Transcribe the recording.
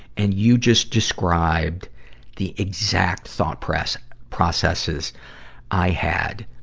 and you just described the exact thought press, processes i had